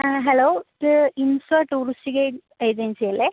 ആ ഹലോ ഇത് ഇൻഫാ ടൂറിസ്റ്റ് കെ ഏജൻസി അല്ലേ